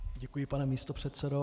Děkuji, pane místopředsedo.